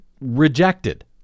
rejected